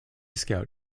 scout